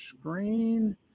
screen